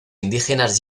indígenas